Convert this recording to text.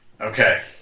Okay